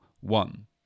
one